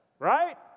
right